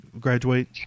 graduate